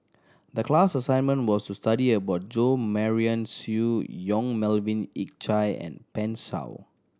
the class assignment was to study about Jo Marion Seow Yong Melvin Yik Chye and Pan Shou